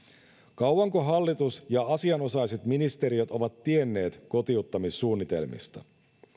kauanko hallitus ja asianosaiset ministeriöt ovat tienneet kotiuttamissuunnitelmista